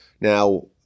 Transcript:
Now